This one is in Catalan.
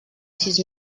sis